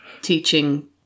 teaching